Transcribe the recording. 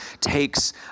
takes